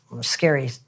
scary